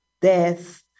death